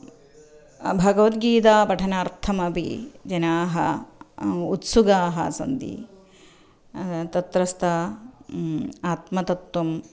भगवद्गीतापठनार्थमपि जनाः उत्सुकाः सन्ति तत्रस्थाः आत्मतत्त्वं